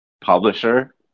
publisher